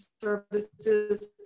services